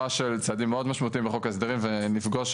לצערי לא ראיתי את זה בחוק ההסדרים, זה לא הבשיל.